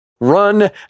run